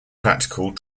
practical